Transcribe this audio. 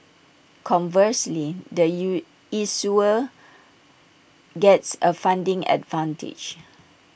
conversely the you issuer gets A funding advantage